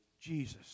Jesus